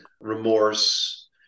remorse